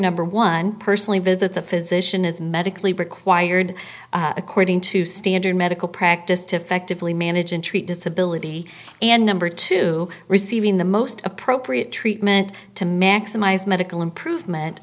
number one personally visit the physician is medically required according to standard medical practice to effectively manage and treat disability and number two receiving the most appropriate treatment to maximize medical improvement